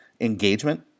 engagement